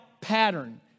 pattern